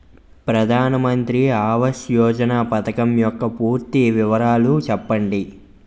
ప్రధాన మంత్రి ఆవాస్ యోజన పథకం యెక్క పూర్తి వివరాలు చెప్పండి?